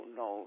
no